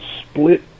split